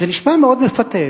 זה נשמע מאוד מפתה,